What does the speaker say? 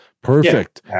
Perfect